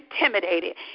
intimidated